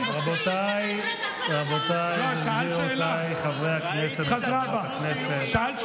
אני שואל את חברת הכנסת ביטון ששאלה שאלה.